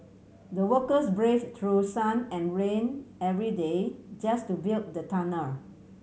the workers brave through sun and rain every day just to build the tunnel